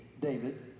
David